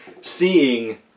seeing